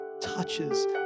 touches